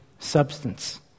substance